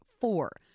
four